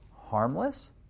harmless